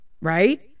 right